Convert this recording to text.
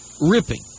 ripping